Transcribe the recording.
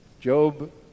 Job